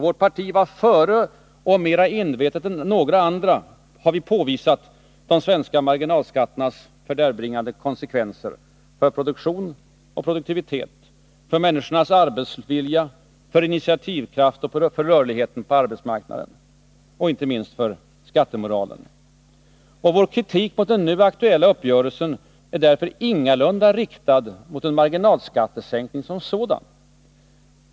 Vårt parti har före och mera envetet än andra påvisat de svenska marginalskatternas fördärvbringande konsekvenser för produktion och produktivitet, för människornas arbetsvilja, för initiativkraft och för rörligheten på arbetsmarknaden och, inte minst, för skattemoralen. Vår kritik mot den nu aktuella uppgörelsen är därför ingalunda riktad mot en marginalskattesänkning som sådan.